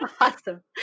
Awesome